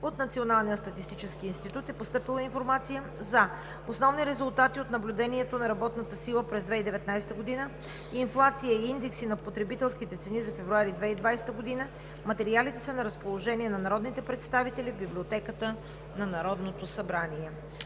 от Националния статистически институт е постъпила „Информация за основни резултати от наблюдението на работната сила през 2019 г.“ и „Инфлация и индекси на потребителските цени за февруари 2020 г.“ Материалите са на разположение на народните представители в Библиотеката на Народното събрание.